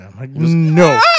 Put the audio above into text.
No